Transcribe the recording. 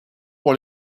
pour